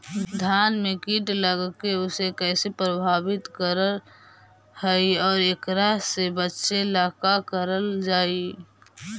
धान में कीट लगके उसे कैसे प्रभावित कर हई और एकरा से बचेला का करल जाए?